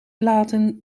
platen